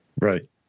Right